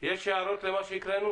יש הערות למה שהוקרא?